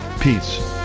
Peace